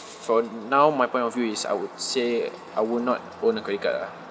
for now my point of view is I would say I would not own a credit card ah